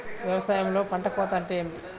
వ్యవసాయంలో పంట కోత అంటే ఏమిటి?